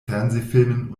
fernsehfilmen